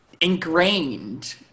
ingrained